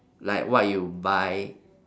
like what you buy